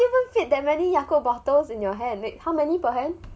how do you even fit that many yakult bottles in your hand wait how many per hand